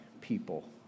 people